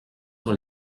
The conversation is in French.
sur